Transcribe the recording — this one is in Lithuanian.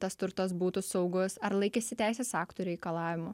tas turtas būtų saugus ar laikėsi teisės aktų reikalavimų